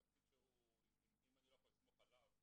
זה תפקיד שאפילו אני לא יכול לסמוך עליו,